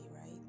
right